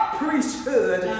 priesthood